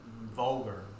vulgar